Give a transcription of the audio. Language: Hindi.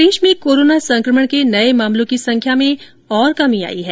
प्रदेश में कोरोना संकमण के नए मामलों की संख्या में और कमी आई है